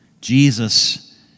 Jesus